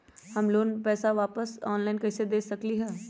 हम लोन वाला पैसा ऑनलाइन कईसे दे सकेलि ह?